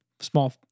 small